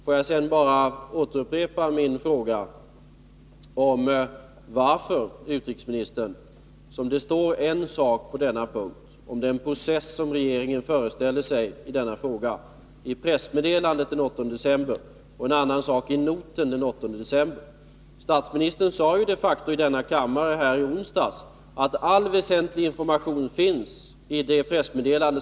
Får jag sedan bara upprepa min fråga om varför det, herr utrikesminister, står en sak på denna punkt om den process som regeringen föreställer sig i denna fråga i pressmeddelandet den 8 december och en annan sak i noten den 8 december. Vi ställde upprepade frågor om varför noten hade hemligstämplatsintill dess att vi kunde läsa den i Neues Deutschland.